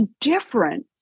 different